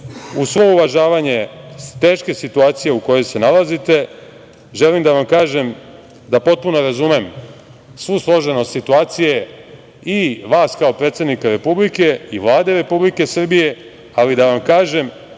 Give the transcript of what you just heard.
uz svo uvažavanje teške situacije u kojoj se nalazite, želim da vam kažem da potpuno razumem svu složenost situacije i vas kao predsednika Republike i Vlade Republike Srbije, ali da vam kažem